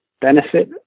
benefit